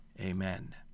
Amen